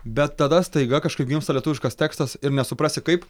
bet tada staiga kažkaip gimsta lietuviškas tekstas ir nesuprasi kaip